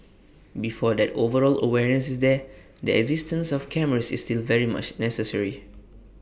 before that overall awareness is there the existence of cameras is still very much necessary